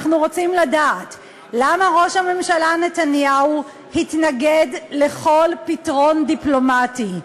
אנחנו רוצים לדעת למה ראש הממשלה נתניהו התנגד לכל פתרון דיפלומטי,